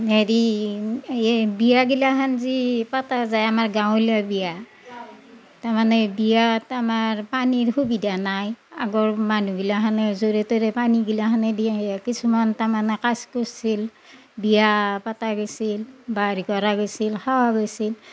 হেৰি এই বিয়াগিলাখান যি পাতা যায় আমাৰ গাঁৱলীয়া বিয়া তাৰমানে বিয়াত আমাৰ পানীৰ সুবিধা নাই আগৰ মানুহগিলাখানে য'ৰে ত'ৰে পানীগিলাখানে দিয়ে সেই কিছুমান তাৰমানে কাজ কৰছিল বিয়া পাতা গেইছিল বা হেৰি কৰা গৈছিল খোৱা গৈছিল